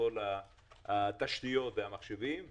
מהתשתיות והמחשבים יותקנו,